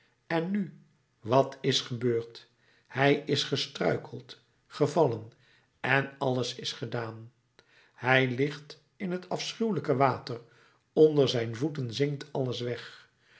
en nu wat is gebeurd hij is gestruikeld gevallen en alles is gedaan hij ligt in het afschuwelijke water onder zijn voeten zinkt alles weg